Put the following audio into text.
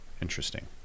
Interesting